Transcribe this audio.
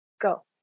Go